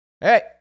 Hey